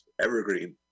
Evergreen